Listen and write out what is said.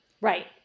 Right